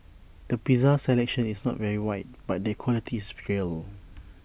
the pizza selection is not very wide but the quality is real